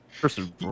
person